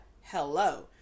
hello